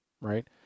Right